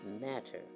Matter